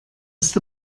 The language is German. ist